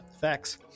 Facts